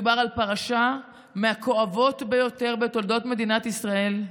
מדובר על פרשה מהכואבות ביותר בתולדות מדינת ישראל,